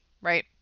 right